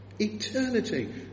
Eternity